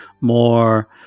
more